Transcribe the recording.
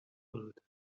built